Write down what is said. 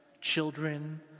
children